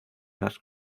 las